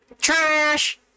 Trash